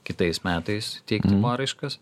kitais metais teikti paraiškas